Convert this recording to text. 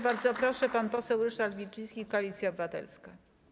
Bardzo proszę, pan poseł Ryszard Wilczyński, Koalicja Obywatelska.